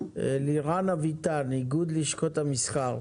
לירן אביטן, איגוד לשכות המסחר.